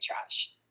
trash